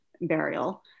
burial